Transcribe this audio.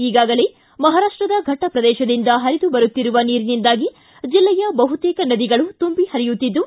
ಈಗಾಗಲೇ ಮಹಾರಾಷ್ಟದ ಘಟ್ಟ ಪ್ರದೇಶದಿಂದ ಪರಿದು ಬರುತ್ತಿರುವ ನೀರಿನಿಂದಾಗಿ ಜಿಲ್ಲೆಯ ಬಹುತೇಕ ನದಿಗಳು ತುಂಬಿ ಪರಿಯುತ್ತಿದ್ದು